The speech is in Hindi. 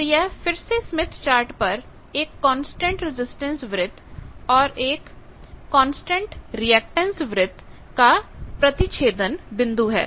तो यह फिर से स्मिथ चार्ट पर एक कांस्टेंट रजिस्टेंस वृत्त और एक कांस्टेंट रिएक्टेंस वृत्त का प्रतिच्छेदन बिंदु है